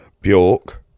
bjork